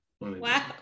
Wow